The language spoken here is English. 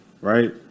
right